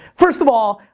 first of all,